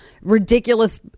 ridiculous